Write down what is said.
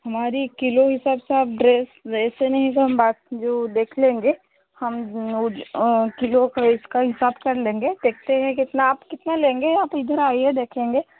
हमारा किलो हिसाब से आप ड्रेस वैसे नहीं तो हम बाक़ी जो देख लेंगे हम किलो का इसका हिसाब कर लेंगे देखते हैं कितना आप कितना लेंगे आप इधर आइए देखेंगे